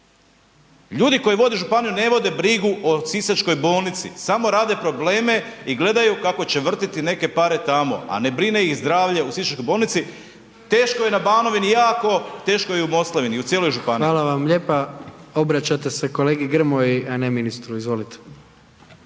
Ljudi koji vode županiji ne vode brigu o sisačkoj bolnici, samo rade probleme i gledaju kako će vrtiti neke pare tamo, a ne brine ih zdravlje u sisačkoj bolnici. Teško je na Banovini jako, teško je i u Moslavini, u cijeloj županiji. **Jandroković, Gordan (HDZ)** Hvala vam lijepa. Obraćate se kolegi Grmoji, a ne ministru. Izvolite.